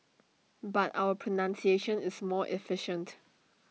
but our pronunciation is more efficient